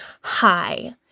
Hi